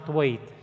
wait